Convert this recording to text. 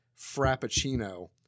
Frappuccino